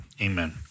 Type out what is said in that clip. amen